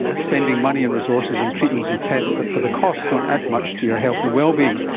spending money and resources on treatments and tests that for the costs don't add much to your health and well-being,